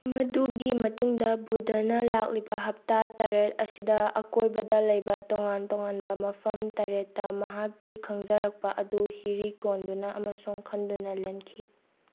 ꯃꯗꯨꯒꯤ ꯃꯇꯨꯡꯗ ꯕꯨꯙꯅ ꯂꯥꯛꯈꯤꯕ ꯍꯞꯇꯥ ꯇꯔꯦꯠ ꯑꯁꯤꯗ ꯑꯀꯣꯏꯕꯗ ꯂꯩꯕ ꯇꯣꯉꯥꯟ ꯇꯣꯉꯥꯟꯕ ꯃꯐꯝ ꯇꯔꯦꯠꯇ ꯃꯍꯥꯛꯀꯤ ꯈꯪꯖꯔꯛꯄ ꯑꯗꯨ ꯍꯤꯔꯤ ꯀꯣꯟꯗꯨꯅ ꯑꯃꯁꯨꯡ ꯈꯟꯗꯨꯅ ꯂꯦꯟꯈꯤ